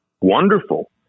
wonderful